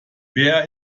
wer